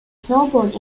snowboard